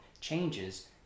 changes